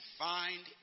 find